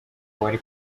wari